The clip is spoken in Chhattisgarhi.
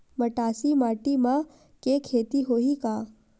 मटासी माटी म के खेती होही का?